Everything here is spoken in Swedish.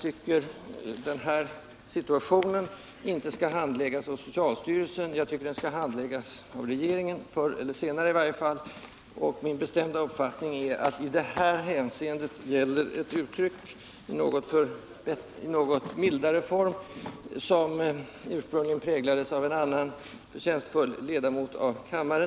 Det förefaller möjligt att värnpliktiga i glädjen inför utryckningsdagen och av rent oförstånd medverkat till de inträffade katastrofsituationerna. 1. Vilken kontroll sker under den militära utbildningen för att rökoch brandmateriel på ett otillbörligt sätt ej kan åtkommas av de värnpliktiga och föras ut från militärt område? 2. Är försvarsministern beredd att medverka till att kontrollen skärps i detta avseende? 3.